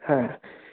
হ্যাঁ